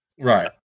Right